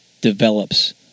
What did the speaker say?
develops